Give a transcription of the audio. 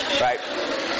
Right